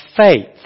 faith